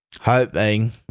hoping